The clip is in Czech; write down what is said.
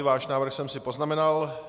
Váš návrh jsem si poznamenal.